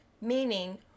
Meaning